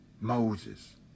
Moses